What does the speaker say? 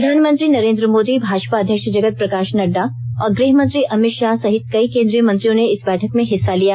प्रधानमंत्री नरेंद्र मोदी भाजपा अध्यक्ष जगत प्रकाश नड्डा और गृहमंत्री अमित शाह सहित कई केंद्रीय मंत्रियों ने इस बैठक में हिस्सा लिया